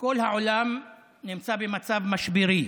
כל העולם נמצא במצב משברי